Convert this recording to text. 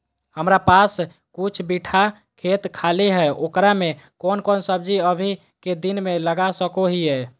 हमारा पास कुछ बिठा खेत खाली है ओकरा में कौन कौन सब्जी अभी के दिन में लगा सको हियय?